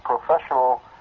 professional